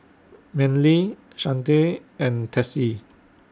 Manley Shante and Tessie